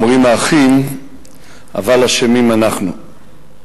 אומרים האחים: "אבל אשמים אנחנו"